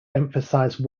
emphasize